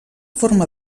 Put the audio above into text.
forma